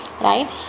right